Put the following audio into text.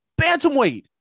bantamweight